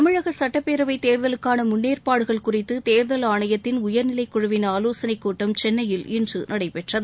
தமிழக சுட்டப்பேரவைத் தேர்தலுக்காள முன்னேற்பாடுகள் குறித்து தேர்தல் ஆணையத்தின் உயர்நிலைக்குழுவின் ஆலோசனை கூட்டம் சென்னையில் இன்று நடைபெற்றது